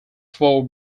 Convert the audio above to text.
four